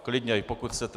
Klidně, pokud chcete.